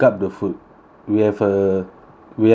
we have a we have a